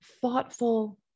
thoughtful